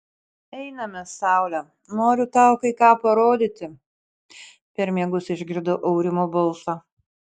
einame saule noriu tau kai ką parodyti per miegus išgirdau aurimo balsą